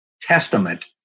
testament